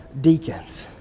deacons